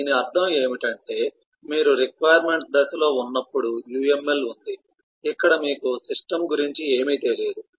దీని అర్థం ఏమిటంటే మీరు రిక్వైర్మెంట్స్ దశలో ఉన్నప్పుడు UML ఉంది ఇక్కడ మీకు సిస్టమ్ గురించి ఏమీ తెలియదు